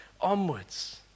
onwards